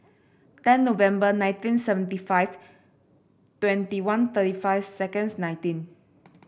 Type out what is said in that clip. ten November nineteen seventy five twenty one thirty five seconds nineteen